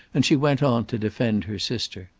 and she went on to defend her sister.